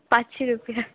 पांत्शी रुपया